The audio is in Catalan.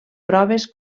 proves